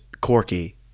corky